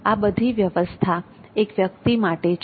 આ બધી જ વ્યવસ્થા એક વ્યક્તિ માટે છે